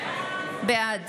בעד